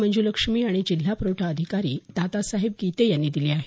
मंजुलक्ष्मी आणि जिल्हा पुरवठा अधिकारी दादासाहेब गीते यांनी दिली आहे